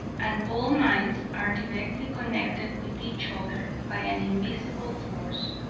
and all minds are directly connected with each other by an invisible force.